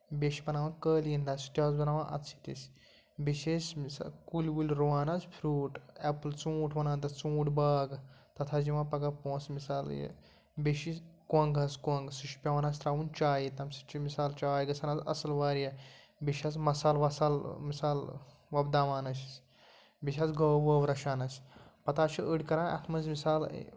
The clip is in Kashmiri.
بیٚیہِ چھِ بَناوان قٲلیٖن حظ سُہ تہِ حظ بَناوان اَتھٕ سۭتۍ أسۍ بیٚیہِ چھِ أسۍ مِثال کُلۍ وُلۍ رُوان حظ فروٗٹ اٮ۪پٕل ژوٗنٹھ وَنان تَتھ ژوٗنٹھۍ باغ تَتھ حظ چھِ یِوان پَگاہ پونٛسہٕ مِثال یہِ بیٚیہِ چھِ کۄنٛگ حظ کۄنٛگ سُہ چھُ پیٚوان حظ تراوُن چایہِ تَمہِ سۭتۍ چھِ مِثال چاے گژھان حظ اَصٕل واریاہ بیٚیہِ چھِ حظ مَسالہٕ وَسال مِثال وۄپداوان أسۍ بیٚیہِ چھِ حظ گٲو وٲو رَچھان أسۍ پَتہٕ حظ چھِ أڑۍ کران اَتھ منٛز مِثال